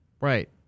Right